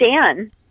Dan